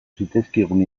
zitzaizkigun